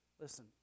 Listen